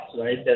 right